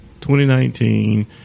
2019